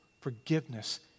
forgiveness